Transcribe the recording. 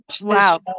Wow